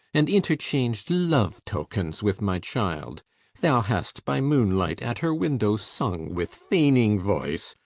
and interchang'd love-tokens with my child thou hast by moonlight at her window sung, with feigning voice,